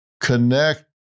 connect